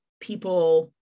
people